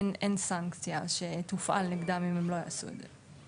אין סנקציה שתופעל נגדם אם הם לא יעשו את זה.